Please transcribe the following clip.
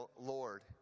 Lord